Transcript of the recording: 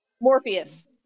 Morpheus